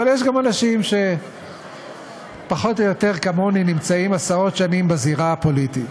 אבל יש גם אנשים שפחות או יותר כמוני נמצאים עשרות שנים בזירה הפוליטית,